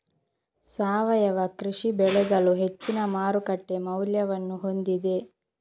ಸಾವಯವ ಕೃಷಿ ಬೆಳೆಗಳು ಹೆಚ್ಚಿನ ಮಾರುಕಟ್ಟೆ ಮೌಲ್ಯವನ್ನು ಹೊಂದಿದೆ